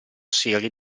serie